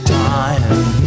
time